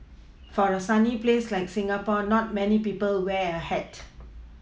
for a sunny place like Singapore not many people wear a hat